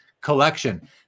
collection